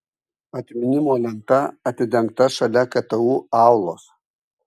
atminimo lenta atidengta šalia ktu aulos